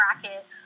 bracket